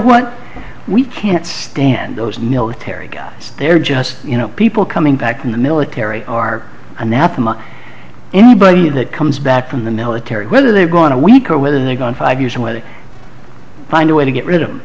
what we can't stand those military guys they're just you know people coming back in the military are anathema anybody that comes back from the military whether they're gone a week or whether they're gone five years of weather find a way to get rid of